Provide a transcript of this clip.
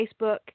Facebook